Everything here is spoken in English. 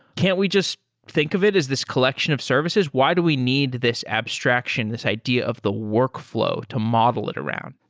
can't we just think of it as this collection of services? why do we need this abstraction? this idea of the workflow to model it around?